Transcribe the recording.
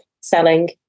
selling